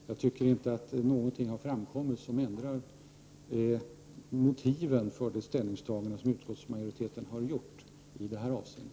Jag tycker inte att det har framkommit något som ändrar motiven för det ställningstagande som utskottsmajoriteten har gjort i detta avseende.